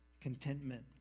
contentment